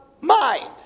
mind